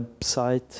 website